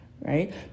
right